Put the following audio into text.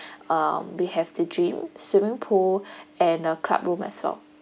um we have the gym swimming pool and a club room as well